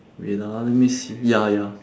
wait ah let me see ya ya